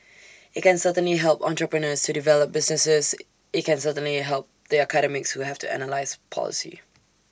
IT can certainly help entrepreneurs to develop businesses IT certainly can help the academics who have to analyse policy